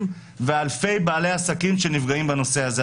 ואלפי בעלי עסקים שנפגעים בנושא הזה.